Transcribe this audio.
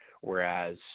whereas